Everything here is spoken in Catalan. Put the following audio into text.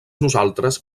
nosaltres